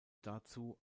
dazu